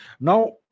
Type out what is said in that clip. Now